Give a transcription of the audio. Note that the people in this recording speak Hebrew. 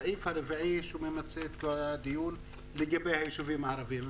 נראה את הסעיף הרביעי שמתייחס ליישובים הערביים: